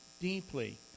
deeply